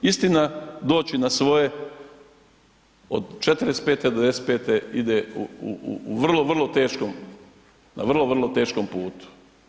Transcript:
Istina doći na svoje od 45. do 95. ide u vrlo, vrlo teškom na vrlo teškom putu.